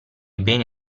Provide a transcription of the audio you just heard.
beni